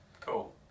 Cool